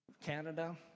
Canada